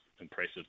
impressive